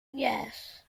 yes